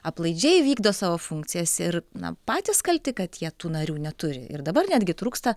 aplaidžiai vykdo savo funkcijas ir na patys kalti kad jie tų narių neturi ir dabar netgi trūksta